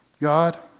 God